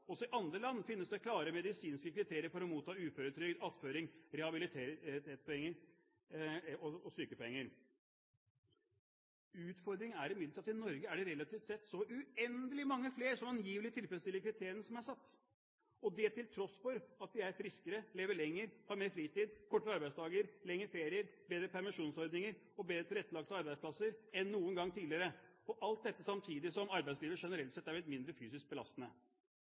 Også i andre land finnes det klare medisinske kriterier for å motta uføretrygd, attføring, rehabiliteringspenger og sykepenger. Utfordringen er imidlertid at i Norge er det relativt sett så uendelig mange flere som angivelig tilfredsstiller kriteriene som er satt, og det til tross for at vi er friskere, lever lenger, har mer fritid, kortere arbeidsdager, lengre ferier, bedre permisjonsordninger og bedre tilrettelagte arbeidsplasser enn noen gang tidligere – alt dette samtidig som arbeidslivet generelt sett er blitt mindre fysisk belastende.